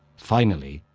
finally,